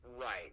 Right